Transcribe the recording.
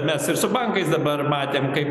mes ir su bankais dabar matėm kaip